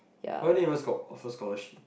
why they never off~ offer scholarship